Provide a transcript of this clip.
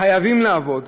חייבים לעבוד,